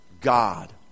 God